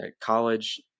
College